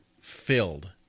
filled